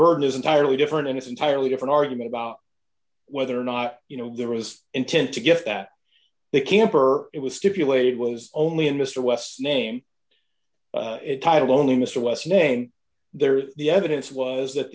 burden is entirely different and it's entirely different argument about whether or not you know there was intent to get that the camper it was stipulated was only in mr west's name title only mr west name there the evidence was that